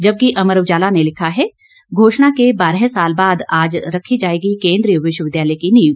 जबकि अमर उजाला ने लिखा है घोषणा के बारह साल बाद आज रखी जाएगी केंद्रीय विश्वविद्यालय की नींव